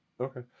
Okay